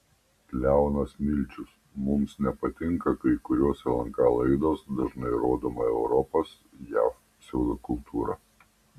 leonas milčius mums nepatinka kai kurios lnk laidos dažnai rodoma europos jav pseudokultūra